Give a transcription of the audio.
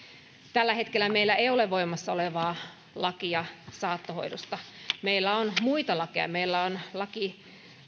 tällä hetkellä meillä ei ole voimassa olevaa lakia saattohoidosta meillä on muita lakeja meillä on